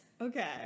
Okay